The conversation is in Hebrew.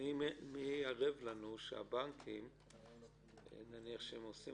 מי ערב לנו שהבנקים, כשהם עושים